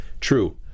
True